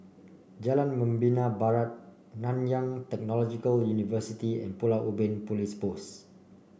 Jalan Membina Barat Nanyang Technological University and Pulau Ubin Police Post